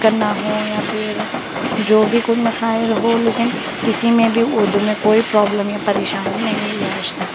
کرنا ہو یا پھر جو بھی کوئی مسائل ہو لیکن کسی میں بھی اردو میں کوئی پرابلم یا پریشانی نہیں ہوئی ہے آج تک